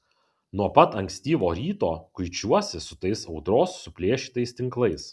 nuo pat ankstyvo ryto kuičiuosi su tais audros suplėšytais tinklais